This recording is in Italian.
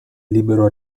libero